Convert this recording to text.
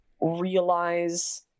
realize